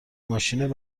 ماشین